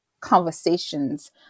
conversations